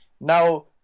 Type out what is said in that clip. Now